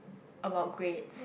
about grades